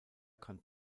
kann